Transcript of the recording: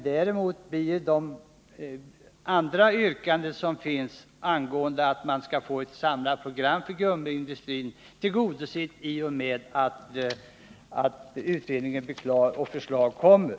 Däremot blir motionsyrkandena om ett samlat program för gummiindustrin tillgodosedda när utredningen blir klar med sitt arbete och förslag läggs fram.